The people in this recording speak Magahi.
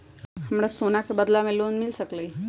हमरा सोना के बदला में लोन मिल सकलक ह?